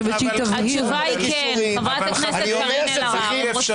התשובה היא כן, חברת הכנסת קארין אלהרר.